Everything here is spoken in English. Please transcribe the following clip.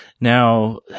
Now